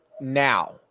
now